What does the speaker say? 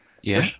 Yes